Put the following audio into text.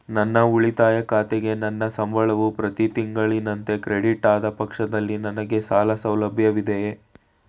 ನನ್ನ ಉಳಿತಾಯ ಖಾತೆಗೆ ನನ್ನ ಸಂಬಳವು ಪ್ರತಿ ತಿಂಗಳಿನಂತೆ ಕ್ರೆಡಿಟ್ ಆದ ಪಕ್ಷದಲ್ಲಿ ನನಗೆ ಸಾಲ ಸೌಲಭ್ಯವಿದೆಯೇ?